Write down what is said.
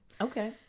Okay